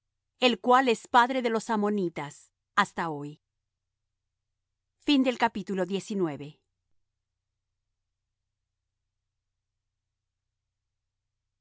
el cual es padre de los ammonitas hasta hoy